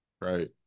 right